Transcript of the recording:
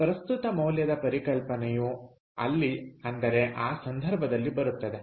ಪ್ರಸ್ತುತ ಮೌಲ್ಯದ ಪರಿಕಲ್ಪನೆಯು ಅಲ್ಲಿ ಅಂದರೆ ಆ ಸಂದರ್ಭದಲ್ಲಿ ಬರುತ್ತದೆ